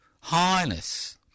highness